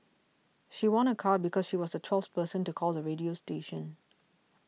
she won a car because she was the twelfth person to call the radio station